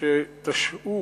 שתשעו